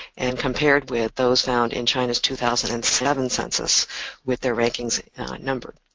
and compares with those found in china's two thousand and seven census with their rankings number.